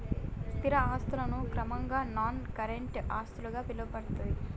స్థిర ఆస్తులను క్రమంగా నాన్ కరెంట్ ఆస్తులుగా పిలుత్తరు